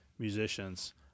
musicians